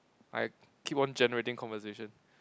I keep on generating conversation